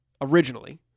Originally